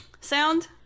sound